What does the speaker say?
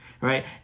right